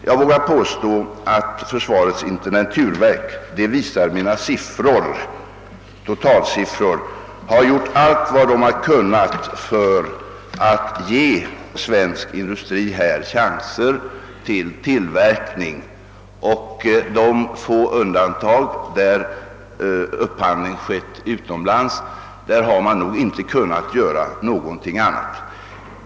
Jag vågar emellertid påstå att försvarets intendenturverk — det visar mina totalsiffror — har gjort allt vad det kunnat för att ge svensk industri chanser till tillverkning. I de få undantagsfall där upphandling skett utomlands har man nog inte kunnat göra någonting annat.